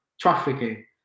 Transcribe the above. trafficking